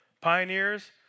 pioneers